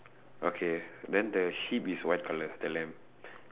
okay then the sheep is white colour the lamb